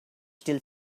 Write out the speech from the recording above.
still